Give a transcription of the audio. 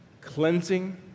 cleansing